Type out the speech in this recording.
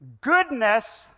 Goodness